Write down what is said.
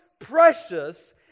precious